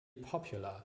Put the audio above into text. popular